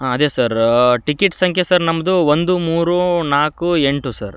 ಹಾಂ ಅದೇ sir ticket ಸಂಖ್ಯೆ ಸರ್ ನಮ್ಮದು ಒಂದು ಮೂರು ನಾಲ್ಕು ಎಂಟು ಸರ್